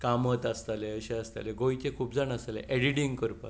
गोंयचे खूब जाण आसताले एडिटींग करपाक